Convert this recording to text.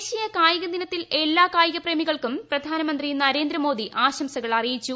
ദേശീയ കായിക ദിനത്തിൽ എല്ലാ കായിക പ്രേമികൾക്കും പ്രധാനമന്ത്രി നരേന്ദ്രമോദി ആശംസകൾ അറിയിച്ചു